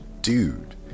dude